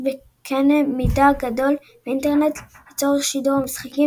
בקנה מידה גדול באינטרנט לצורך שידור המשחקים,